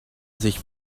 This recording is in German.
sich